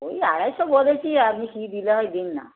ওই আড়াইশো বলেছি আপনি কি দিতে হয় দিন না